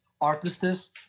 artists